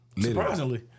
Surprisingly